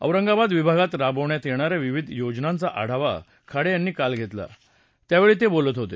औरंगाबाद विभागात राबवण्यात येणाऱ्या विविध योजनांचा आढावा खाडे यांनी काल घेतला त्यावेळी ते बोलत होते